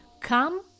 come